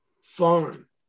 farm